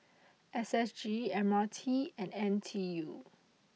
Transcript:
S S G M R T and N T U